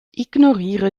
ignoriere